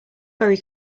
very